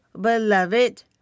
beloved